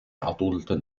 adulten